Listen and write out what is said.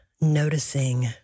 noticing